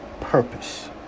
purpose